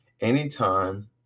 anytime